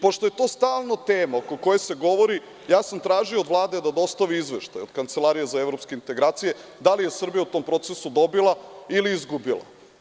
Pošto je to stalno tema o kojoj se govori, ja sam tražio od Vlade da dostavi izveštaj od Kancelarije za evropske integracije da li je Srbija u tom procesu dobila ili izgubila.